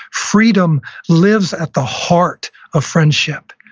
freedom lives at the heart of friendship.